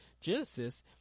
genesis